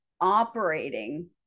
operating